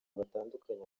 batandukanye